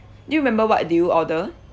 do you remember what did you order